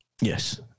Yes